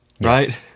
right